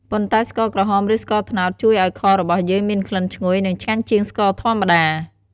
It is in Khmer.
ប៉ុន្តែស្ករក្រហម ឬ ស្ករត្នោតជួយឱ្យខរបស់យើងមានក្លិនឈ្ងុយ និងឆ្ងាញ់ជាងស្ករធម្មតា។